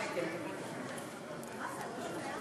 אדוני היושב-ראש.